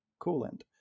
coolant